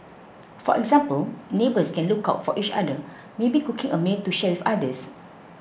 for example neighbours can look out for each other maybe cooking a meal to share with others